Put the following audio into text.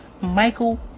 Michael